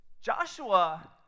Joshua